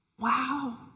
Wow